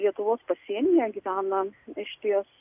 lietuvos pasienyje gyvena išties